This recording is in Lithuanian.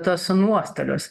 tuos nuostolius